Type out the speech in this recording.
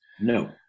No